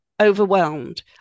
overwhelmed